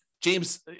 James